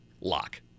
lock